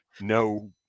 No